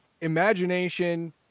imagination